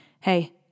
Hey